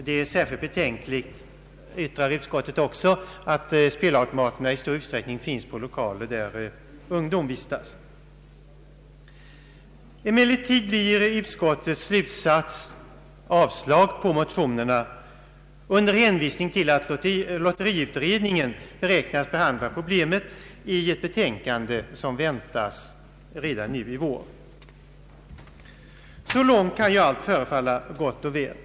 Det är särskilt betänkligt, skriver utskottet också, att spelautomaterna i stor utsträckning finns på lokaler där ungdom vistas. Emellertid blir utskottets slutsats avslag på motionerna under hänvisning till att lotteriutredningen beräknas behandla problemet i ett betänkande, som väntas redan i vår. Så långt kan allt förefalla gott och väl.